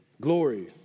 glory